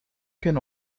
can